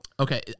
Okay